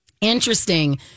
interesting